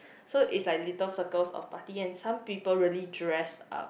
so it's like little circles of party and some people really dress up